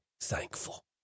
thankful